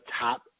top